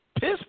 piss